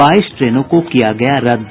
बाईस ट्रेनों को किया गया रद्द